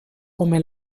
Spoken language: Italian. come